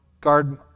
guard